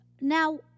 Now